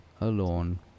alone